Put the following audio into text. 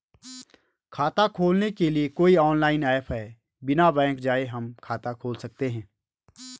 खाता खोलने के लिए कोई ऑनलाइन ऐप है बिना बैंक जाये हम खाता खोल सकते हैं?